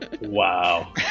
Wow